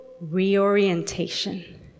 reorientation